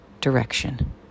direction